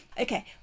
Okay